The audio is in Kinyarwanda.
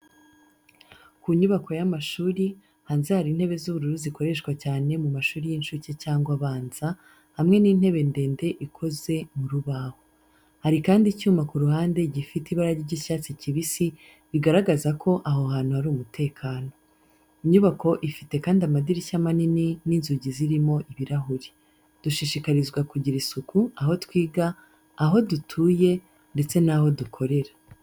Ku nyubako y’amashuri, hanze hari intebe z’ubururu zikoreshwa cyane mu mashuri y’incuke cyangwa abanza, hamwe n’intebe ndende ikoze mu rubaho. Hari kandi icyuma ku ruhande gifite ibara ry’icyatsi kibisi, bigaragaza ko aho hantu hari umutekano. Inyubako ifite kandi amadirishya manini n’inzugi zirimo ibirahure. Dushishikarizwa kugira isuku aho twiga, aho dutuye, ndetse n’aho dukorera.